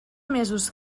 mesos